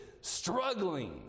struggling